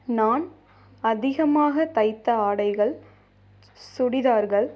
நான் அதிகமாகத் தைத்த ஆடைகள் சு சுடிதார்கள்